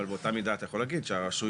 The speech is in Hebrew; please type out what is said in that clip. אבל באותה מידה אתה יכול להגיד שהרשויות,